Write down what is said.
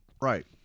Right